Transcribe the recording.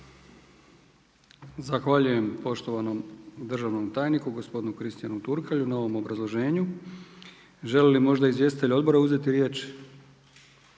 Zahvaljujem poštovanom državnom tajniku gospodinu Kristijanu Turkalju na ovom obrazloženju. Žele li možda izvjestitelji odbora uzeti riječ?